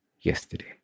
yesterday